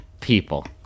people